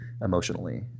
emotionally